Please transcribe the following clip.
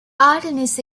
artemis